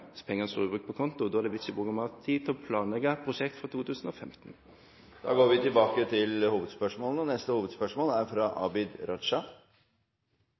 står ubrukt på konto. Da er det vits i å bruke mer tid på å planlegge prosjekt for 2015. Da går vi til